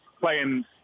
playing